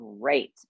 great